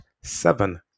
seven